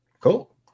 Cool